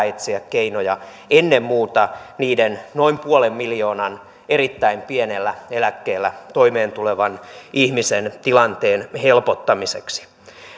etsiä keinoja ennen muuta niiden noin puolen miljoonan erittäin pienellä eläkkeellä toimeentulevan ihmisen tilanteen helpottamiseksi